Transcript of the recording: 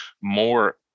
more